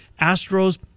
astros